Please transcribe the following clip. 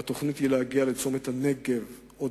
והתוכנית היא להגיע לצומת הנגב עוד